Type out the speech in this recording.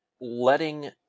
letting